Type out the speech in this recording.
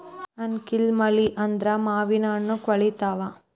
ಆನಿಕಲ್ಲ್ ಮಳಿ ಆದ್ರ ಮಾವಿನಹಣ್ಣು ಕ್ವಳಿತಾವ